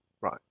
Right